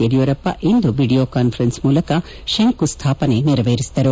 ಯಡಿಯೂರಪ್ಪ ಇಂದು video conference ಮೂಲಕ ಶಂಕು ಸ್ವಾಪನೆ ನೆರವೇರಿಸಿದರು